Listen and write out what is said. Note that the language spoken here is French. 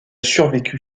survécu